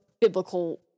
biblical